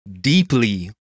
deeply